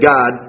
God